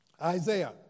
Isaiah